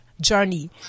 journey